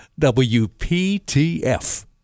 WPTF